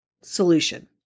solution